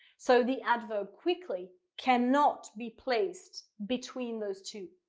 so the adverb quickly cannot be placed between those two.